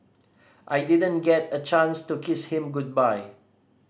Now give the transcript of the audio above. I didn't get a chance to kiss him goodbye